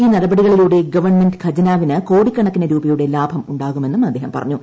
ഈ നടപടികളിലൂടെ ഗവൺമെന്റ് ഖജനാവിന് കോടിക്കണക്കിന് രൂപയുടെ ലാഭം ഉണ്ടാകുമെന്നും അദ്ദേഹം പറഞ്ഞു